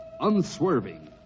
unswerving